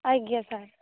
ଆଜ୍ଞା ସାର୍